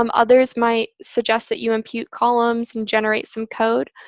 um others might suggest that you impute columns and generate some code.